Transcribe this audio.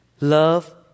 Love